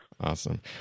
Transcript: Awesome